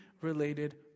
related